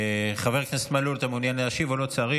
חבר הכנסת מלול, אתה מעוניין להשיב או שלא צריך?